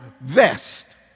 vest